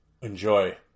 Enjoy